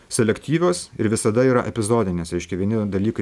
selektyvios ir visada yra epizodinės reiškia vieni dalykai